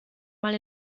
mal